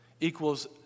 equals